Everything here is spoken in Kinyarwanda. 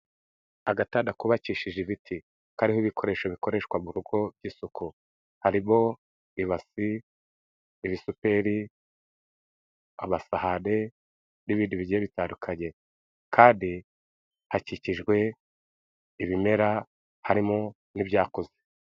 Agatanda kubakishije ibiti, kariho ibikoresho bikoreshwa mu rugo by'isuku harimo bibasi, ibisuperi, amasahanre n'ibindi bigiye bitandukanye kandi hakikijwe ibimera harimo n'ibyakozwe.